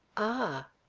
ah!